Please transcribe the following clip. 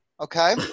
okay